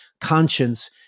conscience